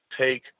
take